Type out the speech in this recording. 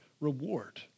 reward